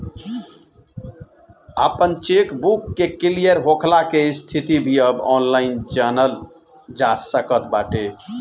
आपन चेकबुक के क्लियर होखला के स्थिति भी अब ऑनलाइन जनल जा सकत बाटे